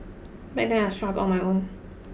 back then I struggled on my own